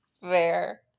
Fair